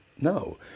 no